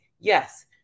yes